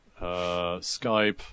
Skype